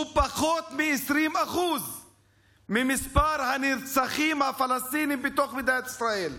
הוא פחות מ-20% ממספר הנרצחים הפלסטינים בתוך מדינת ישראל.